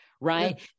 right